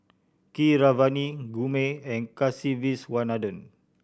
Keeravani Gurmeet and Kasiviswanathan